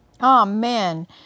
Amen